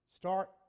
Start